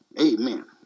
Amen